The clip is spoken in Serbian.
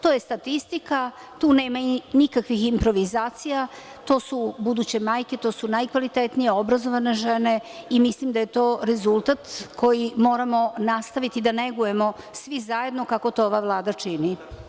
To je statistika, tu nema nikakvih improvizacija, to su buduće majke, to su buduće, najkvalitetnije, obrazovane žene i mislim da je to rezultat koji moramo nastaviti da negujemo svi zajedno, kako to ova Vlada čini.